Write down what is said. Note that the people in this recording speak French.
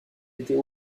était